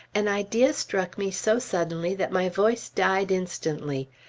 an idea struck me so suddenly that my voice died instantly.